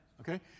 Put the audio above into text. Okay